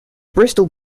bristol